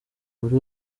buri